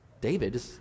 David